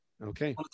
Okay